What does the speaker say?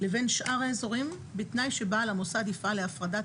לבין שאר האזורים בתנאי שבעל המוסד יפעל להפרדת